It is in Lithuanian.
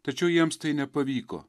tačiau jiems tai nepavyko